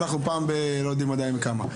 אנחנו פעם בלא יודעים עדיין כמה,